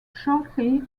shortly